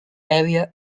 area